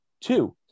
Two